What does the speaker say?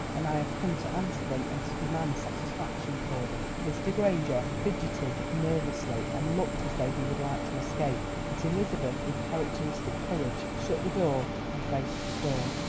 and i have come to answer them and to demand satisfaction for them. mr. granger fidgeted nervously and looked as though he would like to escape, but elizabeth, with characteristic courage, shut the door and faced the storm.